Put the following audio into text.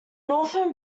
northern